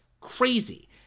crazy